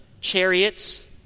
chariots